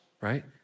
right